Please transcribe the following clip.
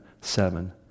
seven